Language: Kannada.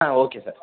ಹಾಂ ಓಕೆ ಸರ್